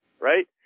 right